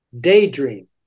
daydream